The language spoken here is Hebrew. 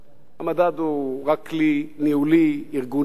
המדד הוא רק כלי ניהולי, ארגוני,